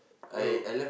no